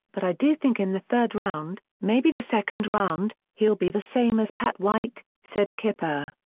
but i do think in the third round, maybe the second round, he'll be the same as pat white, said kiper.